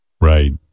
Right